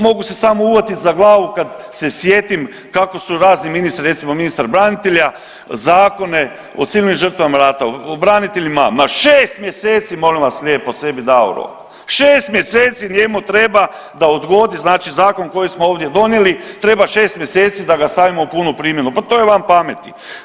Mogu se samo uhvatiti za glavu kad se sjetim kako su razni ministri, recimo ministar branitelja, zakone o civilnim žrtvama rata, o braniteljima, ma 6 mjeseci molim vas lijepo sebi dao rok, 6 mjeseci njemu treba da odgodi znači zakon koji smo ovdje donijeli, treba 6 mjeseci da ga stavimo u punu primjenu, pa to je van pameti.